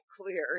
clear